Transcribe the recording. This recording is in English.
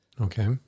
Okay